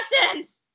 questions